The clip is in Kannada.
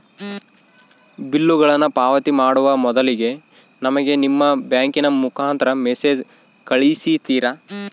ಬಿಲ್ಲುಗಳನ್ನ ಪಾವತಿ ಮಾಡುವ ಮೊದಲಿಗೆ ನಮಗೆ ನಿಮ್ಮ ಬ್ಯಾಂಕಿನ ಮುಖಾಂತರ ಮೆಸೇಜ್ ಕಳಿಸ್ತಿರಾ?